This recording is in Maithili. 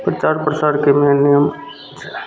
प्रचार प्रसारके मेन नियम छै